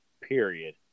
period